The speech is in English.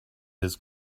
his